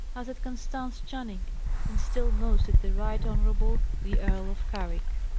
as at constance channing and still most at the right honourable the earl of carrick.